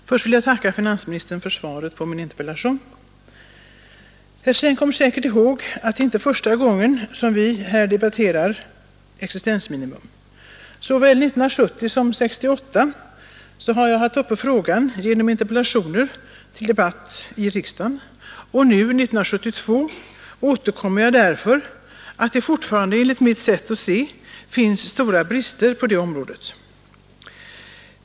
Herr talman! Först vill jag tacka finansministern för svaret på min interpellation. Herr Sträng kommer säkerligen ihåg att det inte är första gången som vi debatterar existensminimum. Såväl 1970 som 1968 har jag genom interpellationer haft frågan uppe till debatt i riksdagen, och nu, 1972, återkommer jag därför att det fortfarande enligt mitt sätt att se finns stora brister på detta område.